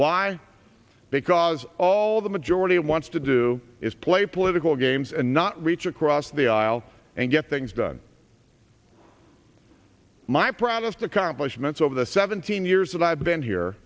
why because all the majority wants to do is play political games and not reach across the aisle and get things done my proudest accomplishments over the seventeen years that i've been here